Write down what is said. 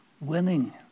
winning